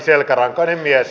kyllä hän on